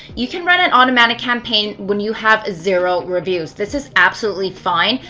you can run an automatic campaign when you have zero reviews. this is absolutely fine.